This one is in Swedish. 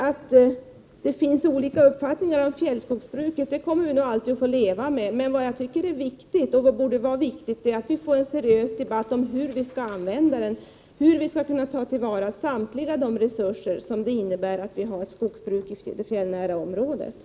Att det finns olika uppfattningar om fjällskogsbruket kommer vi att få leva med, men vi borde kunna få en seriös debatt om hur vi kan ta till vara samtliga de resurser det innebär att vi har ett skogsbruk i de fjällnära områdena.